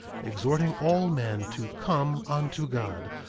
exhorting all men to come unto god,